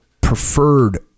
preferred